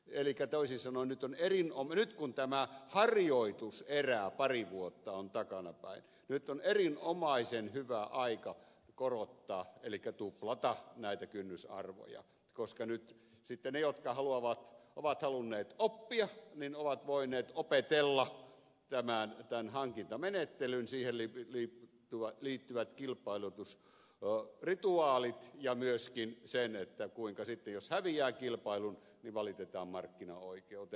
elikkä toisin sanoen nyt kun tämä parin vuoden harjoitus erä on takanapäin on erinomaisen hyvä aika korottaa näitä kynnysarvoja elikkä tuplata ne koska nyt sitten ne jotka ovat halunneet oppia ovat voineet opetella tämän hankintamenettelyn siihen liittyvät kilpailutusrituaalit ja myöskin sen kuinka sitten jos häviää kilpailun valitetaan markkinaoikeuteen